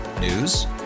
News